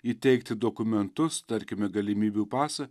įteikti dokumentus tarkime galimybių pasą